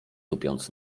tupiąc